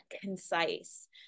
concise